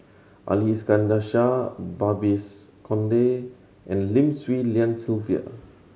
Ali Iskandar Shah Babes Conde and Lim Swee Lian Sylvia